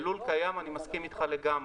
בלול קיים, אני מסכים אתך לגמרי.